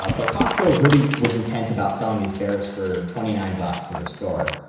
ah but costco really was intent about selling these berries for twenty nine bucks in their store.